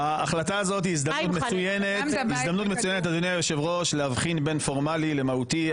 ההחלטה הזאת היא הזדמנות מצוינת להבחין בין פורמלי למהותי.